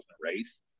race